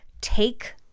take